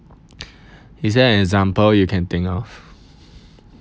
is there an example you can think of